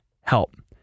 help